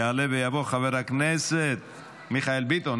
יעלה ויבוא חבר הכנסת מיכאל ביטון.